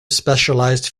specialised